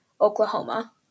Oklahoma